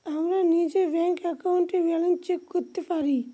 আমরা নিজের ব্যাঙ্ক একাউন্টে ব্যালান্স চেক করতে পারি